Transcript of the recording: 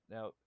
Now